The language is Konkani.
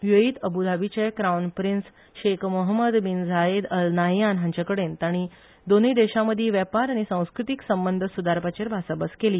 युएईत अबु धाबिचे crown prince Sheikh Mohammed bin Zayed Al Nahyan हांचेकडेन ताणी दोनूय देशामदी वेपार आनी सांस्कृतिक संबंद सुधारपाचेर भासाभास केली